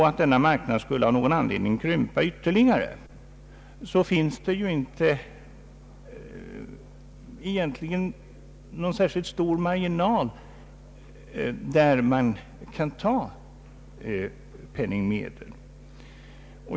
Om denna marknad av någon anledning skulle krympa ytterligare, så finns det egentligen inte någon särskilt stor marginal alls, där man kan ta penningmedel.